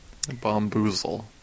Bomboozle